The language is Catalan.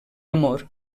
amor